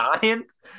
science